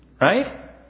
Right